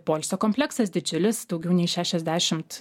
poilsio kompleksas didžiulis daugiau nei šešiasdešimt